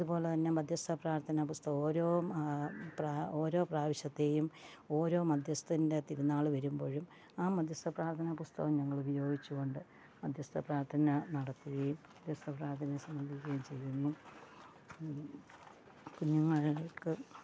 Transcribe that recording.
അതുപോലെത്തന്നെ മധ്യസ്ഥ പ്രാർഥനാപുസ്തകം ഓരോ ഓരോ പ്രാവശ്യത്തെയും ഓരോ മധ്യസ്ഥൻ്റെ തിരുനാൾ വരുമ്പോഴും ആ മധ്യസ്ഥ പ്രാർഥന പുസ്തകം ഞങ്ങൾ ഉപയോഗിച്ച് കൊണ്ട് മധ്യസ്ഥ പ്രാർഥന നടത്തുകയും മധ്യസ്ഥ പ്രാർഥനയെ സംബന്ധിക്കുകയും ചെയ്യുന്നു കുഞ്ഞുങ്ങൾക്ക്